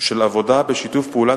של עבודה בשיתוף פעולה,